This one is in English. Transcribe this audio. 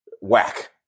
whack